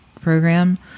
program